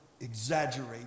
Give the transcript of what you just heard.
exaggerate